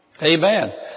Amen